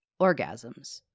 orgasms